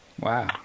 Wow